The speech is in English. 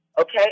okay